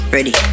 Ready